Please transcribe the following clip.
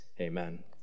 Amen